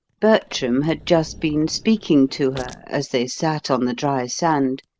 bertram had just been speaking to her, as they sat on the dry sand,